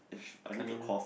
I need to cough